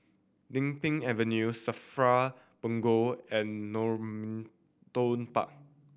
Din Pang Avenue SAFRA Punggol and Normanton Park